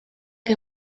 que